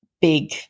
big